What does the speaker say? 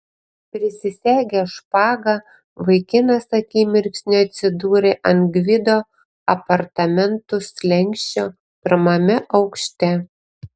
prisisegęs špagą vaikinas akimirksniu atsidūrė ant gvido apartamentų slenksčio pirmame aukšte